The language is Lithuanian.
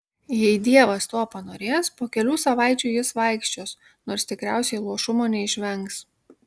jei dievas to panorės po kelių savaičių jis vaikščios nors tikriausiai luošumo neišvengs